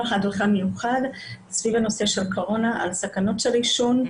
הדרכה מיוחד סביב הנושא של קורונה על הסכנות שבעישון.